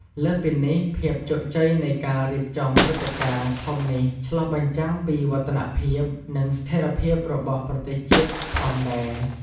លើសពីនេះភាពជោគជ័យនៃការរៀបចំព្រឹត្តិការណ៍ធំនេះ ឆ្លុះបញ្ចាំងពីវឌ្ឍនភាព និងស្ថេរភាពរបស់ប្រទេសជាតិផងដែរ។